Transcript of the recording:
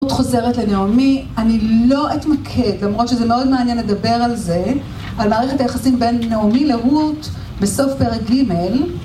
עוד חוזרת לנעמי, אני לא אתמקד, למרות שזה מאוד מעניין לדבר על זה, על מערכת היחסים בין נעמי לרות בסוף פרק ג'